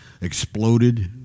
exploded